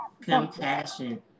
Compassion